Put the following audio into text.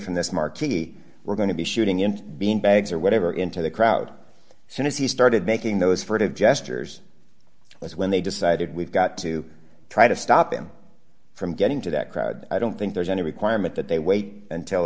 from this martini we're going to be shooting into being bags or whatever into the crowd so as he started making those furtive gestures that's when they decided we've got to try to stop him from getting to that crowd i don't think there's any requirement that they wait until